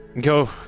Go